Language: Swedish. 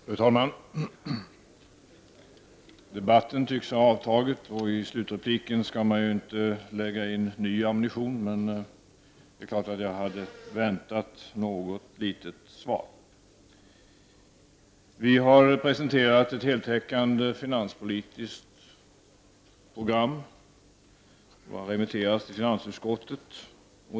Fru talman! Debatten tycks ha avtagit, och i slutrepliken skall man ju inte lägga in ny ammunition. Men det är klart att jag hade väntat mig något litet svar. Vi i centern har presenterat ett heltäckande finanspolitiskt program som har remitterats till finansutskottet.